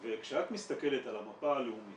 כשאת מסתכלת על המפה הלאומית